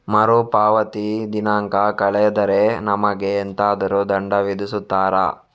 ಮರುಪಾವತಿ ದಿನಾಂಕ ಕಳೆದರೆ ನಮಗೆ ಎಂತಾದರು ದಂಡ ವಿಧಿಸುತ್ತಾರ?